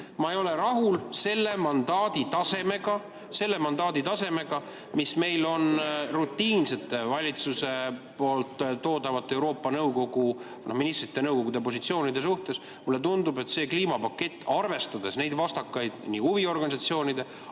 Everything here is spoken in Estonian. Ma ei ole rahul selle mandaadi tasemega, mis meil on rutiinsete, valitsusest toodavate Euroopa Nõukogu, Ministrite Nõukogu positsioonide suhtes. Mulle tundub, et selle kliimapaketi arutelu – arvestades nii huviorganisatsioonide